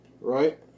right